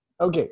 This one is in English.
Okay